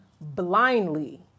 blindly